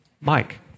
Mike